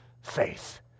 faith